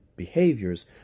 behaviors